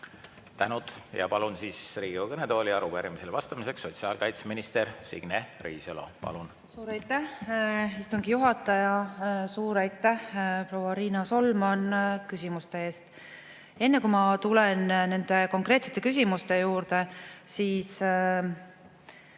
Tänud! Ja palun Riigikogu kõnetooli arupärimisele vastamiseks sotsiaalkaitseminister Signe Riisalo. Palun! Suur aitäh, istungi juhataja! Suur aitäh, proua Riina Solman, küsimuste eest! Enne kui ma tulen nende konkreetsete küsimuste juurde, ei